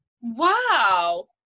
wow